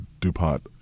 DuPont